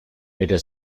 later